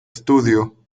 estudio